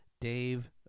dave